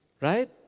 Right